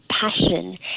passion